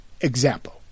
Example